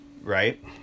right